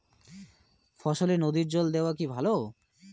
ফসলে নদীর জল দেওয়া কি ভাল?